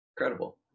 incredible